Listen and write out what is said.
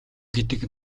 гэдэг